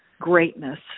greatness